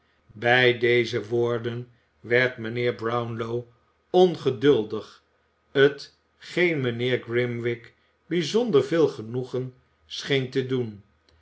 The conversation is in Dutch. bij deze woorden werd mijnheer brownlow ongeduldig t geen mijnheer grimwig bijzonder veel genoegen scheen te doen